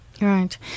Right